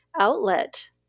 outlet